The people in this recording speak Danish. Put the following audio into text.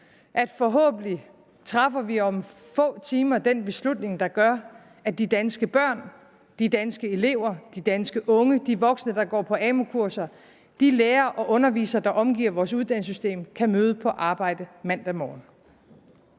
forhåbentlig træffer den beslutning, der gør, at de danske børn, de danske elever, de danske unge, de voksne, der går på AMU-kurser, de lærere og undervisere, der er omfattet af vores uddannelsessystem, kan møde på arbejde mandag morgen.